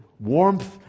Warmth